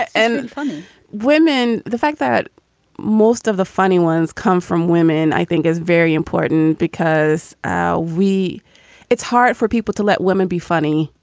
and and funny women. the fact that most of the funny ones come from women, i think is very important because we it's hard for people to let women be funny,